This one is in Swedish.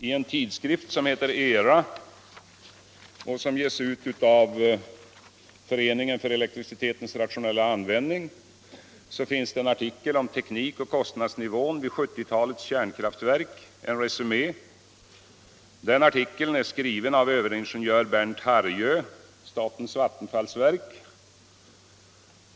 I en tidskrift som heter Era och som ges ut av Föreningen för elektricitetens rationella användning finns en artikel om ”Teknikoch kostnadsnivån vid 70-talets kärnkraftverk — en resumé”. Den artikeln är skriven av överingenjör Bernt Hargö, statens vattenfallsverk.